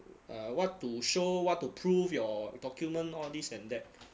ah what to show what to prove your document orh all this and that